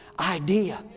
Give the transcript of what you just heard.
Idea